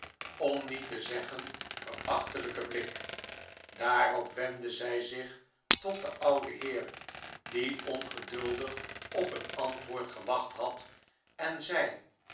om niet te zeggen verachtelijken blik daarop wendde zij zich tot den duden heer die ongeduldig op een antwoord gewacht had en zei